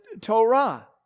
Torah